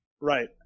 Right